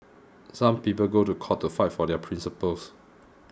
some people go to court to fight for their principles